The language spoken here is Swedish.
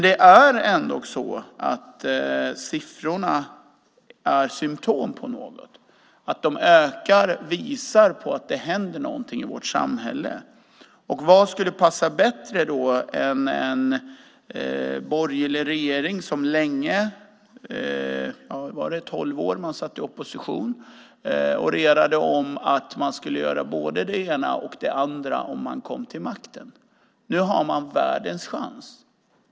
Det är ändock så att siffrorna är symtom på något. De stiger, och det visar att det händer någonting i vårt samhälle. Vad skulle då passa bättre än en borgerlig regering, som satt så länge som i tolv år i opposition och orerade om att man skulle göra både det ena och det andra om man kom till makten? Nu har man världens chans.